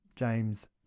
James